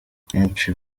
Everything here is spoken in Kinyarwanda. akenshi